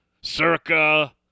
Circa –